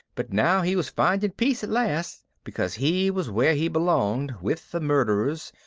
but now he was finding peace at last because he was where he belonged, with the murderers,